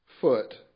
foot